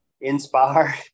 inspire